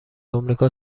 آمریکا